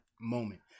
moment